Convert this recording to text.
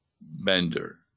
bender